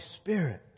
Spirit